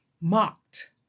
mocked